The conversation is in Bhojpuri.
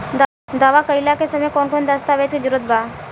दावा कईला के समय कौन कौन दस्तावेज़ के जरूरत बा?